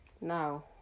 Now